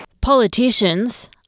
Politicians